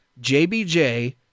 jbj